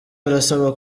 barasaba